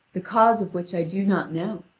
the cause of which i do not know.